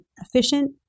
efficient